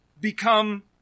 become